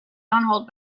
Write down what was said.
hold